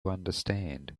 understand